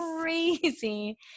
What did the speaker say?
crazy